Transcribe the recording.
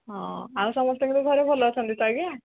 ହଁ ଆଉ ସମସ୍ତଙ୍କର ଘରେ ଭଲ ଅଛନ୍ତି ତ ଆଜ୍ଞା